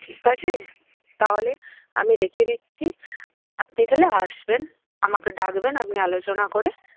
ঠিক আছে তাহলে আমি রেখে দিচ্ছি আপনি তাহলে আসবেন আমাকে ডাকবেন আপনি আলোচনা করে